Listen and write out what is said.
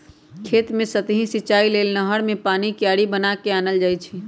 खेत कें सतहि सिचाइ लेल नहर कें पानी क्यारि बना क आनल जाइ छइ